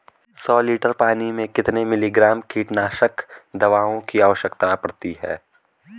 सौ लीटर पानी में कितने मिलीग्राम कीटनाशक दवाओं की आवश्यकता पड़ती है?